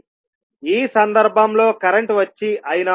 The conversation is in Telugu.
ఈ సందర్భంలో కరెంటు వచ్చి I0